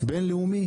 בינלאומי